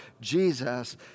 Jesus